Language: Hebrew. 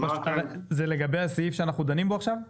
זה לגבי הסעיף שאנחנו דנים בו עכשיו?